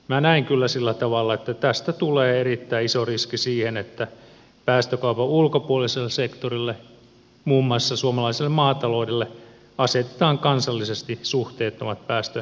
minä näen kyllä sillä tavalla että tästä tulee erittäin iso riski siihen että päästökaupan ulkopuoliselle sektorille muun muassa suomalaiselle maataloudelle asetetaan kansallisesti suhteettomat päästövähennystavoitteet